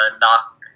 knock